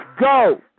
Go